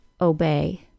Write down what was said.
obey